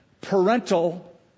Parental